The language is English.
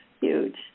huge